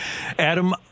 Adam